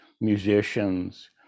musicians